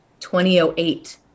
2008